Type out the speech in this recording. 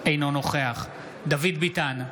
אינו נוכח דוד ביטן,